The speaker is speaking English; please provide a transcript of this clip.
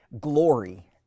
glory